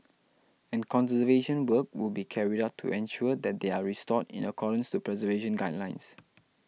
and conservation work will be carried out to ensure that they are restored in accordance to preservation guidelines